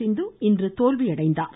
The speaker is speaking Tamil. சிந்து இன்று தோல்வியடைந்தார்